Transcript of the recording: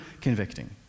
convicting